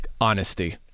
honesty